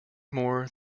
more